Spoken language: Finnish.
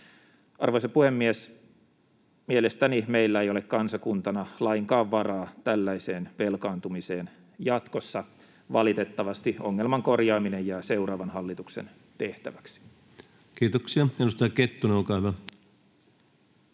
Arvoisa puhemies! Mielestäni meillä ei ole kansakuntana lainkaan varaa tällaiseen velkaantumiseen jatkossa. Valitettavasti ongelman korjaaminen jää seuraavan hallituksen tehtäväksi. Kiitoksia. — Edustaja Kettunen, olkaa hyvä.